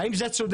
האם זה צודק?